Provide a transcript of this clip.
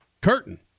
curtain